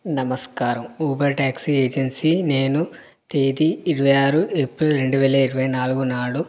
నమస్కారం Uber taxi agency నేను తేదీ ఇరవై ఆరు ఏప్రిల్ రెండు వేల ఇరవై నాలుగు నాడు